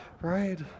right